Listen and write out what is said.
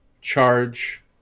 Charge